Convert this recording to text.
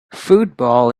football